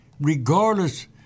regardless